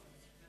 אדוני